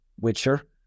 Witcher